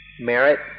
merit